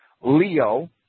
Leo